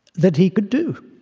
that he could do.